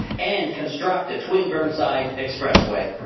and construct a twin burnside expressway.